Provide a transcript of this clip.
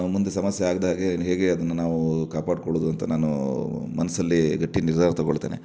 ಮುಂದೆ ಸಮಸ್ಯೆ ಆಗದಾಗೆ ಹೇಗೆ ಅದನ್ನು ನಾವು ಕಾಪಾಡ್ಕೊಳ್ಳೋದು ಅಂತ ನಾನು ಮನಸ್ಸಲ್ಲಿ ಗಟ್ಟಿ ನಿರ್ಧಾರ ತೊಗೊಳ್ತೇನೆ